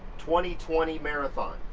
twenty twenty marathon.